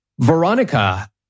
Veronica